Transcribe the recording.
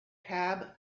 tab